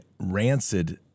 rancid